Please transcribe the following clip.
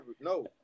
No